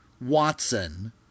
Watson